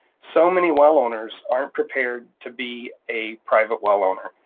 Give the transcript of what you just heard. so many well owners aren't prepared to be a private well owner.